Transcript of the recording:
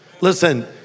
Listen